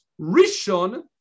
Rishon